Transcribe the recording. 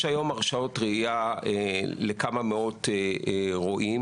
יש היום הרשאות רעייה לכמה מאות רועים,